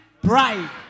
pride